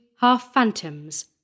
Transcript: half-phantoms